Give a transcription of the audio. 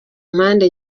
mpande